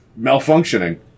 malfunctioning